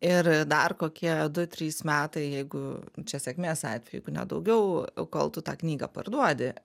ir dar kokie du trys metai jeigu čia sėkmės atveju jeigu ne daugiau kol tu tą knygą parduodi